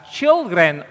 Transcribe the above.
children